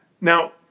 Now